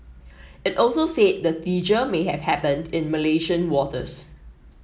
it also said the seizure may have happened in Malaysian waters